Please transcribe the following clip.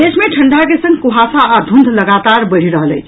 प्रदेश मे ठंडा के संग कुहासा आ धुंध लगातार बढ़ि रहल अछि